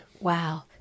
Wow